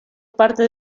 parte